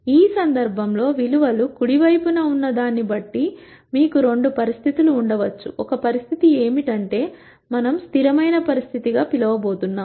ఈ సందర్భంలో విలువ లు కుడి వైపున ఉన్నదాన్ని బట్టి మీకు రెండు పరిస్థితులు ఉండవచ్చు ఒక పరిస్థితి ఏమిటంటే మనం స్థిరమైన పరిస్థితి గా పిలవబోతున్నాం